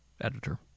editor